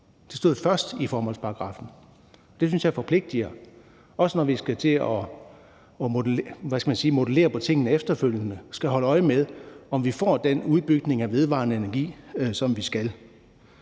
det står først i formålsparagraffen. Det synes jeg forpligter, også når vi skal til at – hvad skal man sige – modulere tingene efterfølgende. Vi skal holde øje med, om vi får den udbygning af vedvarende energi, som vi skal